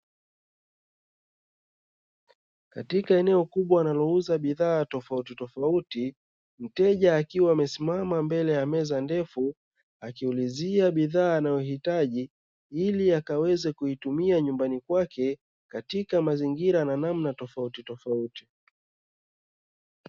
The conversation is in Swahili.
Katika eneo kubwa wanalouza bidhaa tofautitofauti mteja akiwa amesimama mbele ya meza ndefu, akiulizia bidhaa anayohitaji ili akaweze kuitumia nyumbani kwake, katika mazingira na namna tofautitofauti.